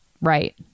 right